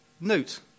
Note